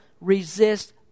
resist